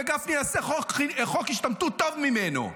וגפני יעשה חוק השתמטות טוב ממנו,